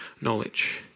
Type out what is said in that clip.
knowledge